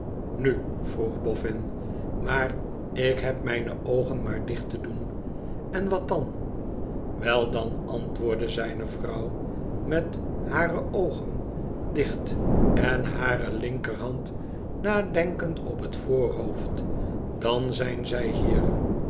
nu vroeg boffin imaar ik heb mijne oogen maar dicht te doen tn watdan wel dan antwoordde zijne vrouw met hare oogen dicht en hare linkerhand nadenkend op het voorhoofd tdan zijn zij hieri